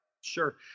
Sure